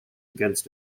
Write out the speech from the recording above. against